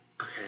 Okay